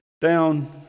down